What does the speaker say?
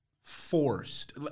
forced